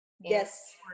Yes